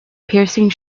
piercing